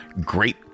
Great